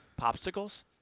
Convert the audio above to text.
popsicles